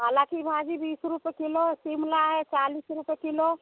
हालाँकि भाजी बीस रुपये किलो है शिमला है चालीस रुपये किलो